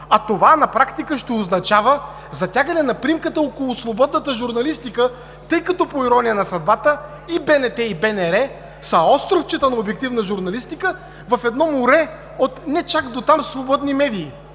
гърло. На практика това ще означава затягане на примката около свободната журналистика, тъй като по ирония на съдбата и БНТ, и БНР са островчета на обективна журналистика в едно море от не чак дотам свободни медии.